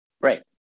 Right